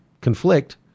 conflict